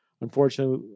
Unfortunately